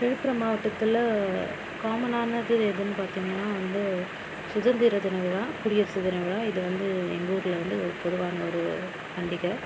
விழுப்புரம் மாவட்டத்தில் காமனானது எதுனு பார்த்தீங்கன்னா வந்து சுதந்திர தின விழா குடியரசு தின விழா இது வந்து எங்கள் ஊரில் வந்து ஒரு பொதுவான ஒரு பண்டிகை